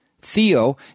Theo